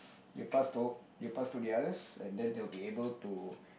you'll pass to you'll pass to the others and then they will be able to